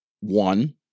one